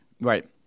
Right